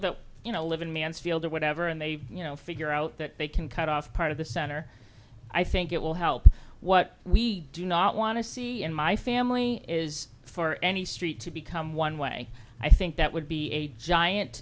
that you know live in mansfield or whatever and they you know figure out that they can cut off part of the center i think it will help what we do not want to see in my family is for any street to become one way i think that would be a giant